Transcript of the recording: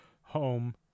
home